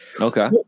Okay